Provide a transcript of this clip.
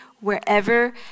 wherever